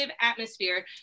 atmosphere